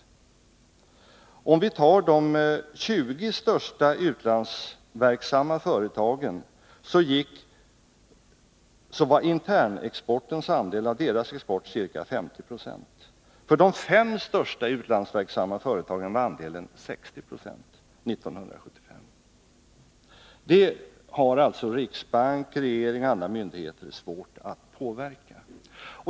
Internexportens andel av de 20 största utlandsverksamma företagens export var ca 50 96 och andelen av de fem största utlandsverksamma företagens export var 60 96 år 1975. Det har alltså riksbank, regering och andra myndigheter svårt att påverka.